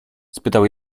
spytał